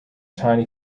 tiny